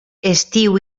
estiu